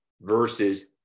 versus